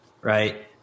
right